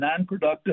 nonproductive